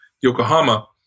Yokohama